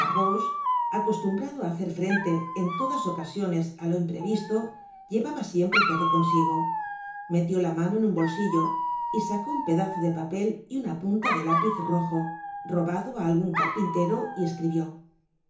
acostumbrado á hacer frente en todas ocasiones á lo imprevisto llevaba siempre todo consigo metió la mano en un bolsillo y sacó un pedazo de papel y una punta de lápiz rojo robado á algun carpintero y escribió